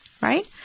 Right